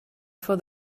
for